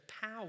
power